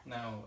Now